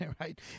right